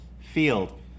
field